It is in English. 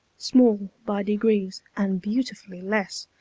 small by degrees and beautifully less,